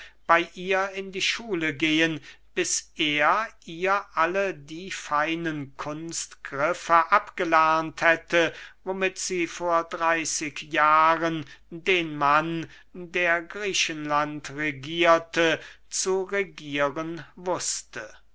bey ihr in die schule gehen bis er ihr alle die feinen kunstgriffe abgelernt hätte womit sie vor dreyßig jahren den mann der griechenland regierte zu regieren wußte